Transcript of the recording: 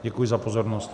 Děkuji za pozornost.